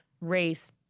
race